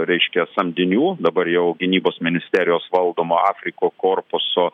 reiškia samdinių dabar jau gynybos ministerijos valdomo afriko korpuso